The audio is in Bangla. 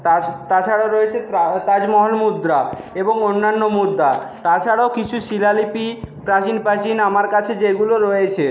তা তাছাড়া রয়েছে তা তাজ তাজমহল মুদ্রা এবং অন্যান্য মুদ্রা তাছাড়াও কিছু শিলালিপি প্রাচীন প্রাচীন আমার কাছে যেগুলো রয়েছে